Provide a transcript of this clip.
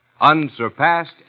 unsurpassed